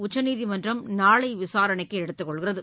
உச்சநீதிமன்றம் நாளை விசாரணைக்கு எடுத்துக் கொள்கிறது